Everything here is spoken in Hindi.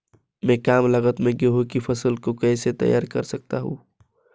मैं कम लागत में गेहूँ की फसल को कैसे तैयार कर सकता हूँ?